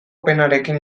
penarekin